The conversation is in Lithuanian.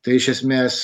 tai iš esmės